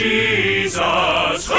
Jesus